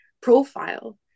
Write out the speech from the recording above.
profile